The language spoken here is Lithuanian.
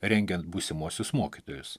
rengiant būsimuosius mokytojus